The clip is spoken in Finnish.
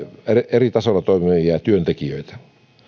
eri tasoilla toimivia työntekijöitä